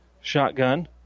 shotgun